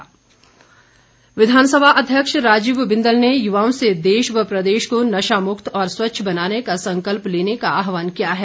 बिंदल विधानसभा अध्यक्ष राजीव बिंदल ने युवाओं से देश व प्रदेश को नशामुक्त और स्वच्छ बनाने का संकल्प लेने का आहवान किया है